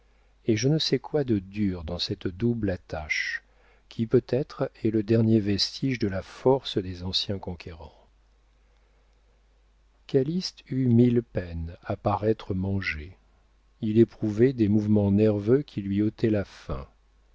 et je ne sais quoi de dur dans cette double attache qui peut-être est le dernier vestige de la force des anciens conquérants calyste eut mille peines à paraître manger il éprouvait des mouvements nerveux qui lui ôtaient la faim